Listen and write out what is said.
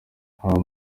haba